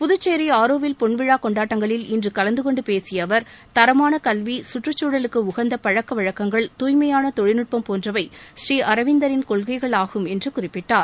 புதுச்சேரி ஆரோவில் பொன்விழா கொண்டாட்டங்களில் இன்று கலந்து கொண்டு பேசிய அவர் தரமான கல்வி கற்றுச் சூழலுக்கு உகந்த பழக்க வழக்கங்கள் தூய்மையான தொழில்நுட்பம் போன்றவை புநீஅரவிந்தரின் கொள்கைகளாகும் என்று குறிப்பிட்டார்